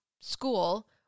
school